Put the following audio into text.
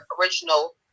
original